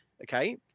Okay